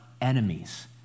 enemies